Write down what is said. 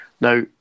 Now